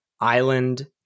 Island